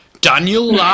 Daniel